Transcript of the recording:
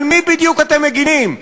על מי בדיוק אתם מגינים?